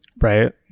right